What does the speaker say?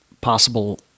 possible